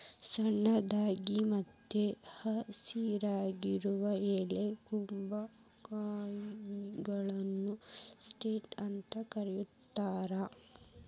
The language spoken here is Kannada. ಸಣ್ಣದಾಗಿ ಮತ್ತ ಹಸಿರಾಗಿರುವ ಎಳೆ ಕುಂಬಳಕಾಯಿಗಳನ್ನ ಸ್ಕ್ವಾಷ್ ಅಂತ ಕರೇತಾರ